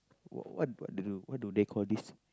what what they do what do they call this